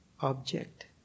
object